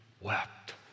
wept